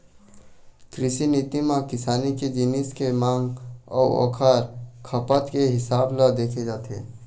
कृषि नीति म किसानी के जिनिस के मांग अउ ओखर खपत के हिसाब ल देखे जाथे